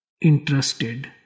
interested